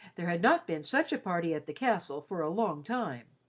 there had not been such a party at the castle for a long time.